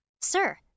Sir